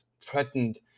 threatened